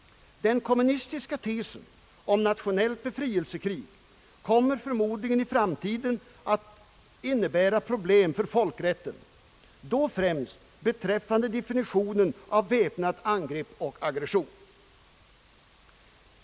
Den kommunistiska tesen om »nationellt befrielsekrig« kommer förmodligen i framtiden att innebära problem för folkrätten, då främst beträffande definitionen av väpnat angrepp och aggression.